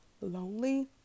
lonely